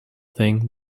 thing